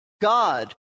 God